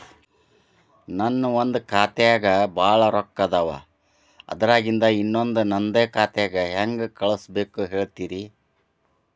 ನನ್ ಒಂದ್ ಖಾತ್ಯಾಗ್ ಭಾಳ್ ರೊಕ್ಕ ಅದಾವ, ಅದ್ರಾಗಿಂದ ಇನ್ನೊಂದ್ ನಂದೇ ಖಾತೆಗೆ ಹೆಂಗ್ ಕಳ್ಸ್ ಬೇಕು ಹೇಳ್ತೇರಿ?